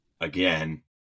again